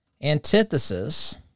antithesis